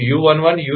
u11 u22